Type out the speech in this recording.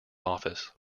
office